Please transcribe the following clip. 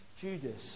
Judas